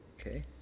Okay